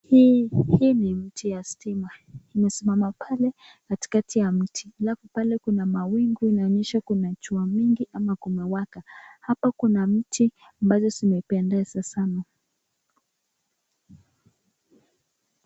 Hii ni mti ya stima. Imesimama pale katikati ya mti. Alafu pale kuna mawingu imeonyeshwa kuna jua mingi ama kumewaka. Hapa kuna miti ambazo zimependeza sana.